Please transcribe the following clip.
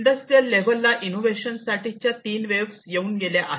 industrial level ला innovation साठी च्या तीन वेव्ह येऊन गेल्या आहे